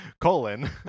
colon